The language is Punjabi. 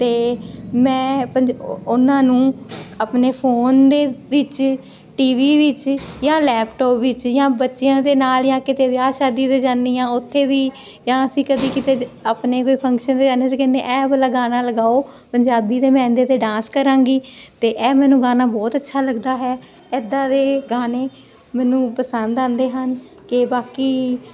ਤੇ ਮੈਂ ਉਹਨਾਂ ਨੂੰ ਆਪਣੇ ਫੋਨ ਦੇ ਵਿੱਚ ਟੀ ਵੀ ਵਿੱਚ ਜਾਂ ਲੈਪਟੋਪ ਵਿੱਚ ਜਾਂ ਬੱਚਿਆਂ ਦੇ ਨਾਲ ਜਾਂ ਕਿਤੇ ਵਿਆਹ ਸ਼ਾਦੀ ਦੇ ਜਾਨੀ ਆ ਉੱਥੇ ਵੀ ਜਾਂ ਅਸੀਂ ਕਦੀ ਕਿਤੇ ਆਪਣੇ ਕੋਈ ਫੰਕਸ਼ਨ ਤੇ ਜਾਨੇ ਤਾਂ ਅਸੀਂ ਕਹਿੰਦੇ ਐਹ ਵਾਲਾ ਗਾਣਾ ਲਗਾਓ ਪੰਜਾਬੀ ਦੇ ਮੈਂ ਇਸਦੇ ਤੇ ਡਾਂਸ ਕਰਾਂਗੀ ਤੇ ਇਹ ਮੈਨੂੰ ਗਾਣਾ ਬਹੁਤ ਅੱਛਾ ਲੱਗਦਾ ਹੈ ਐਦਾਂ ਦੇ ਗਾਣੇ ਮੈਨੂੰ ਪਸੰਦ ਆਂਦੇ ਹਨ ਤੇ ਬਾਕੀ